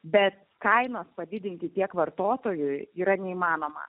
bet kainas padidinti tiek vartotojui yra neįmanoma